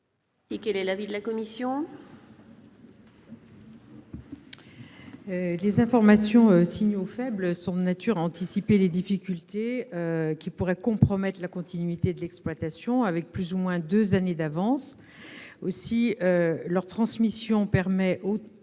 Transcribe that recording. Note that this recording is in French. Quel est l'avis de la commission spéciale ? Les informations « signaux faibles » sont de nature à permettre d'anticiper les difficultés qui pourraient compromettre la continuité de l'exploitation, avec plus ou moins deux années d'avance. Leur transmission permet au